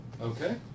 Okay